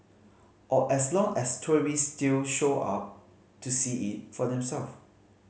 or as long as tourist still show up to see it for themselves